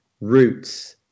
roots